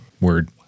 Word